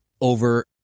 over